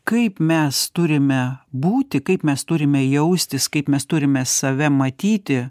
kaip mes turime būti kaip mes turime jaustis kaip mes turime save matyti